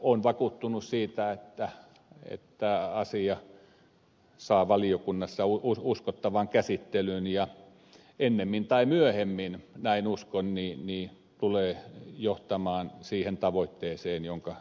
olen vakuuttunut siitä että asia saa valiokunnassa uskottavan käsittelyn ja ennemmin tai myöhemmin näin uskon tulee johtamaan siihen tavoitteeseen jonka ed